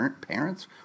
parents